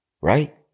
right